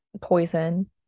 poison